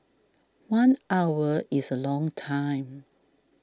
one hour is a long time